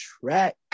track